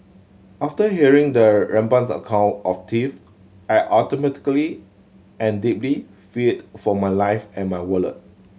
after hearing the rampant's account of I automatically and deeply feared for my life and my wallet